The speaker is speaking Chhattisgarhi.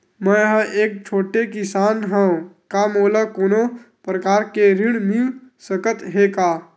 मै ह एक छोटे किसान हंव का मोला कोनो प्रकार के ऋण मिल सकत हे का?